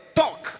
talk